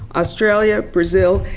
australia, brazil,